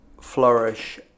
flourish